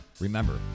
Remember